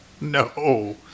No